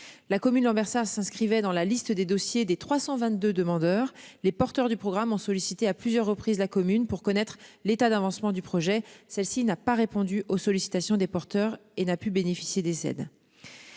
La commune Lambersart s'inscrivait dans la liste des dossiers des 322 demandeurs les porteurs du programme en sollicité à plusieurs reprises la commune pour connaître l'état d'avancement du projet. Celle-ci n'a pas répondu aux sollicitations des porteurs et n'a pu bénéficier des aides.